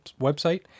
website